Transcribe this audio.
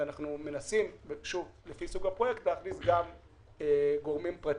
מנסים להכניס גם גורמים פרטיים.